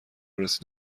رسید